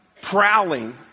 prowling